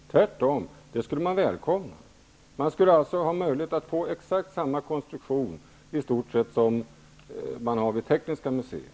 Tvärtom -- det skulle man välkomna. Man skulle alltså ha möjlighet att få i stort sett samma konstruktion vid Arbetets museum som man har vid Tekniska museet.